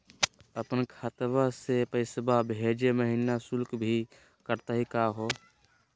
अपन खतवा से पैसवा भेजै महिना शुल्क भी कटतही का हो?